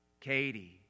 Katie